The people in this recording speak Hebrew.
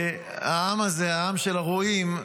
העם הזה, העם של הרועים,